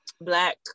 black